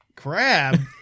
crab